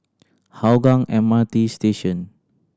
Hougang M R T Station